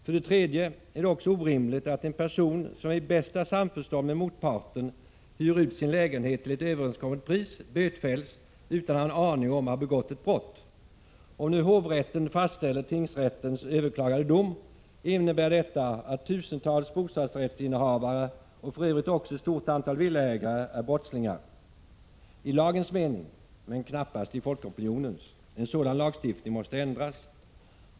För det tredje är det också orimligt att en person som i bästa samförstånd med motparten hyr ut sin lägenhet till ett överenskommet pris bötfälls utan att ha en aning om att ha begått ett brott. Om nu hovrätten fastställer tingsrättens överklagade dom, innebär detta att tusentals bostadsrättsinnehavare och för övrigt också ett stort antal villaägare är brottslingar — i lagens mening men knappast i folkopinionens. En sådan lagstiftning måste ändras.